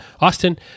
Austin